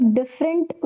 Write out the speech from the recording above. different